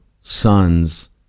sons